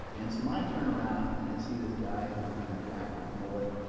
and so i turn around and i see this guy who's kind of jacked with a mullet.